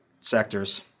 sectors